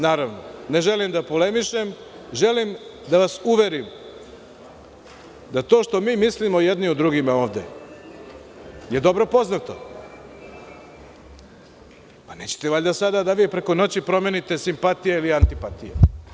Naravno, ne želim da polemišem, želim da vas uverim da to što mi mislimo jedni o drugima ovde je dobro poznato, pa nećete valjda vi ovde preko noći promenite simpatije ili antipatije.